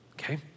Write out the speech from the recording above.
okay